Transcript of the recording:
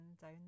down